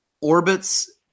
orbits